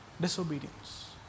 disobedience